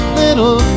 little